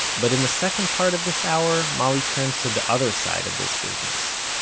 but in the second part of this hour, molly turns to the other side of this business.